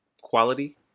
quality